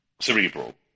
cerebral